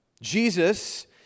Jesus